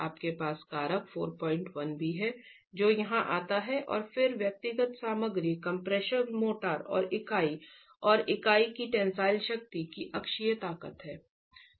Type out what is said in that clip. आपके पास कारक 41 भी है जो यहां आता है और फिर व्यक्तिगत सामग्री कम्प्रेशन मोर्टार और इकाई और इकाई की टेंसाइल शक्ति की अक्षीय ताकत हैं